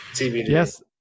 Yes